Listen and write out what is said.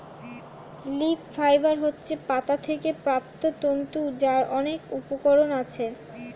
leaf fibre হচ্ছে পাতা থেকে প্রাপ্ত তন্তু যার অনেক উপকরণ আছে